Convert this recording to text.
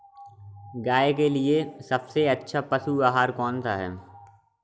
गाय के लिए सबसे अच्छा पशु आहार कौन सा है?